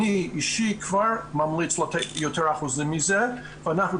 אני אישית כבר ממליץ לתת יותר אחוזים מזה ואנחנו